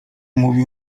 mówił